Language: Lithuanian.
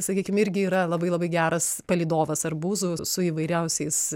sakykim irgi yra labai labai geras palydovas arbūzų su įvairiausiais